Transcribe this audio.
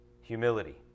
Humility